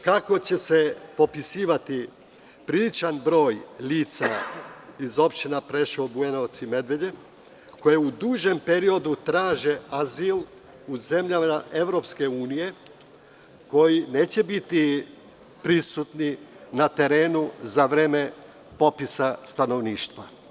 Kako će se popisivati priličan broj lica iz opština Preševo, Bujanovac i Medveđa koja u dužem periodu traže azil u zemljama EU, koji neće biti prisutni na terenu za vreme popisa stanovništva?